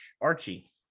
Archie